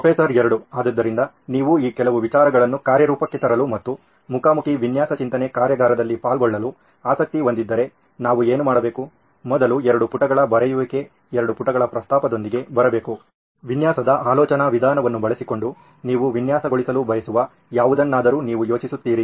professor 2 ಆದ್ದರಿಂದ ನೀವು ಈ ಕೆಲವು ವಿಚಾರಗಳನ್ನು ಕಾರ್ಯರೂಪಕ್ಕೆ ತರಲು ಮತ್ತು ಮುಖಾಮುಖಿ ವಿನ್ಯಾಸ ಚಿಂತನೆ ಕಾರ್ಯಾಗಾರದಲ್ಲಿ ಪಾಲ್ಗೊಳ್ಳಲು ಆಸಕ್ತಿ ಹೊಂದಿದ್ದರೆ ನಾವು ಏನು ಮಾಡಬೇಕು ಮೊದಲು 2 ಪುಟಗಳ ಬರೆಯುವಿಕೆ 2 ಪುಟಗಳ ಪ್ರಸ್ತಾಪದೊಂದಿಗೆ ಬರಬೇಕು ವಿನ್ಯಾಸದ ಆಲೋಚನಾ ವಿಧಾನವನ್ನು ಬಳಸಿಕೊಂಡು ನೀವು ವಿನ್ಯಾಸಗೊಳಿಸಲು ಬಯಸುವ ಯಾವುದನ್ನಾದರೂ ನೀವು ಯೋಚಿಸುತ್ತೀರಿ